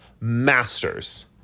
masters